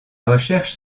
recherches